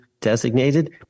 designated